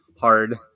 hard